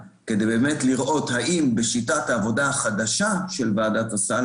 כדי לראות באמת האם שיטת העבודה החדשה של ועדת הסל,